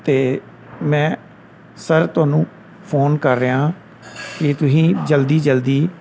ਅਤੇ ਮੈਂ ਸਰ ਤੁਹਾਨੂੰ ਫੋਨ ਕਰ ਰਿਹਾ ਹਾਂ ਕਿ ਤੁਸੀਂ ਜਲਦੀ ਜਲਦੀ